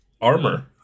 Armor